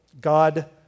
God